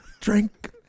drink